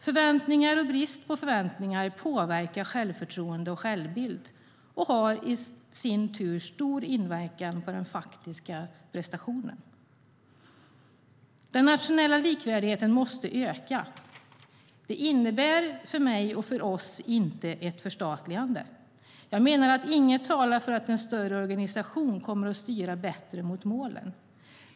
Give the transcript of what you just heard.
Förväntningar och brist på förväntningar påverkar självförtroende och självbild och har i sin tur stor inverkan på den faktiska prestationen. Den nationella likvärdigheten måste öka. Det innebär för mig, och för oss, inte ett förstatligande. Jag menar att inget talar för att en större organisation kommer att styra bättre mot målen.